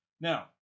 Now